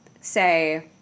say